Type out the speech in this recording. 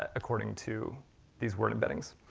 ah according to these word embeddings.